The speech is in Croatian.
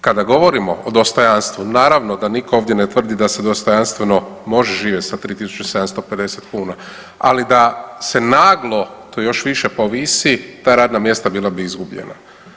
Kada govorimo o dostojanstvu naravno da nitko ovdje ne tvrdi da se dostojanstveno može živjeti sa 3750 kuna, ali da se naglo to još više povisi ta radna mjesta bila bi izgubljena.